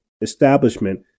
establishment